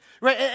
right